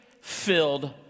filled